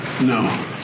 No